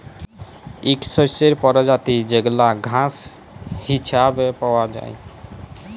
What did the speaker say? ইক শস্যের পরজাতি যেগলা ঘাঁস হিছাবে পাউয়া যায়